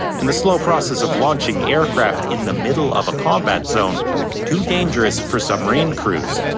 and the slow process of launching aircraft in the middle of a combat zone too dangerous for submarine crews.